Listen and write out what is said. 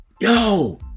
Yo